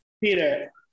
Peter